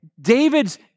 David's